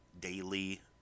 daily